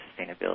sustainability